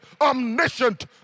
omniscient